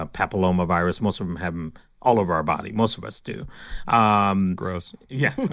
um papilloma virus. most of them have them all of our body, most of us do um gross yeah.